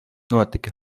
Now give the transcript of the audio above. notika